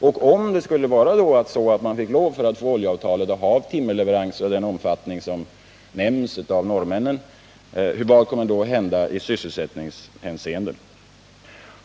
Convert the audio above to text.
Om det är så att vi för att få oljeavtalet får lov att acceptera timmerleveranser av den omfattning som nämns av norrmännen, vad kommer då att hända i sysselsättningshänseende?